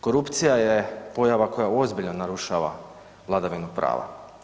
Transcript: Korupcija je pojava koja ozbiljno narušava vladavinu prava.